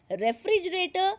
refrigerator